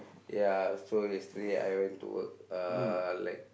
ya so yesterday I went to work uh like